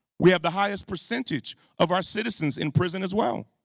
we have the highest percentage of our citizens in prison as well.